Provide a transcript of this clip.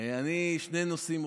אני רוצה לדבר על שני נושאים.